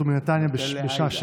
ומנתניה לתל אביב,